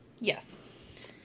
yes